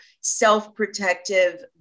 self-protective